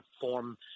form